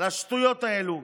על השטויות האלו.